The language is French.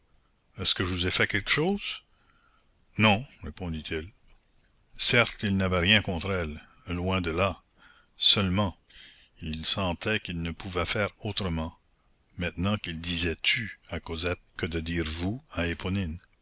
est-ce que je vous ai fait quelque chose non répondit-il certes il n'avait rien contre elle loin de là seulement il sentait qu'il ne pouvait faire autrement maintenant qu'il disait tu à cosette que de dire vous